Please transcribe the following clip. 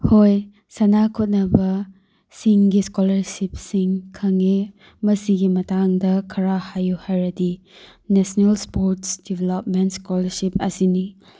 ꯍꯣꯏ ꯁꯥꯟꯅ ꯈꯣꯠꯅꯕ ꯁꯤꯡꯒꯤ ꯏꯁꯀꯣꯂꯥꯔꯁꯤꯞꯁꯤꯡ ꯈꯪꯉꯦ ꯃꯁꯤꯒꯤ ꯃꯇꯥꯡꯗ ꯈꯔ ꯍꯥꯏꯌꯨ ꯍꯥꯏꯔꯗꯤ ꯅꯦꯁꯅꯦꯜ ꯏꯁꯄꯣꯔꯠꯁ ꯗꯦꯚꯦꯂꯞꯃꯦꯟ ꯏꯁꯀꯣꯂꯥꯔꯁꯤꯞ ꯑꯁꯤꯅꯤ